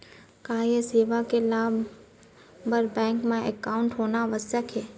का ये सेवा के लाभ बर बैंक मा एकाउंट होना आवश्यक हे